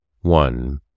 one